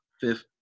Fifth